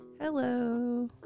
Hello